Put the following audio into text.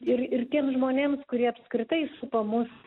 ir ir tiems žmonėms kurie apskritai supa mus